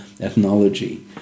ethnology